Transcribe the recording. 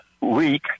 week